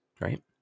Right